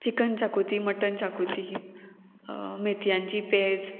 chicken xacuti mutton xacuti मेथयांची पेज